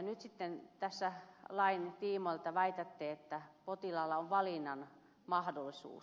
nyt sitten tässä lain tiimoilta väitätte että potilaalla on valinnan mahdollisuus